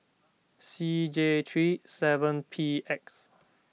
C J three seven P X